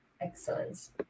excellence